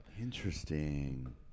Interesting